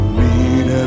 meet